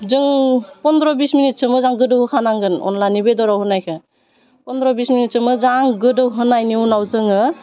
जौ फन्द्र बिस मिनिटसो मोजां गोदौहोखानांगोन अनलानि बेदराव होनायखो फुनद्र बिस मिनिटसो मोजां गोदौहोनायनि उनाव जोङो